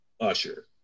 usher